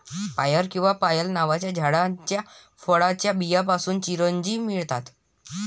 पायर किंवा पायल नावाच्या झाडाच्या फळाच्या बियांपासून चिरोंजी मिळतात